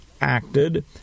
acted